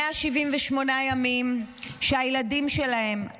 178 ימים שהילדים שלהם,